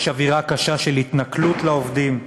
יש אווירה קשה של התנכלות לעובדים.